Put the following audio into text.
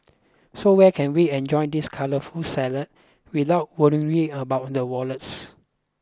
so where can we enjoy this colourful salad without worrying about the wallets